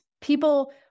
people